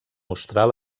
mostrar